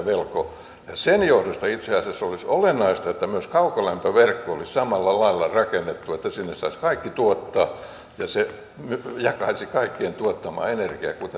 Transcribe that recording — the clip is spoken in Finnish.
ja sen johdosta itse asiassa olisi olennaista että myös kaukolämpöverkko olisi samalla lailla rakennettu että sinne saisivat kaikki tuottaa ja se jakaisi kaikkien tuottamaa energiaa kuten sähköverkko tällä hetkellä